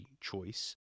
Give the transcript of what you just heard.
choice